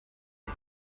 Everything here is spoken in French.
est